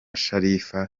sharifa